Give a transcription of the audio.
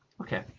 Okay